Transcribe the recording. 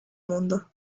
mundo